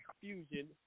Fusion